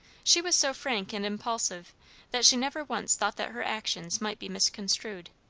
she was so frank and impulsive that she never once thought that her actions might be misconstrued.